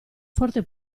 forte